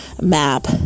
map